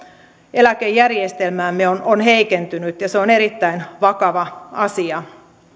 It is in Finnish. eläkejärjestelmäämme on on heikentynyt ja se on erittäin vakava asia